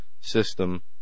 system